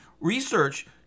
research